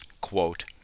quote